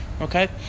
Okay